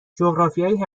جغرافیای